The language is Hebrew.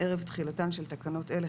ערב תחילתן של תקנות אלה,